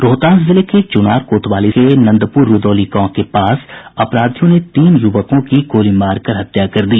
रोहतास जिले के चुनार कोतवाली के नंदूपुर रूदौली गांव के पास अपराधियों ने तीन युवकों की गोली मारकर हत्या कर दी